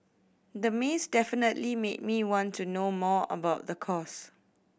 the maze definitely made me want to know more about the course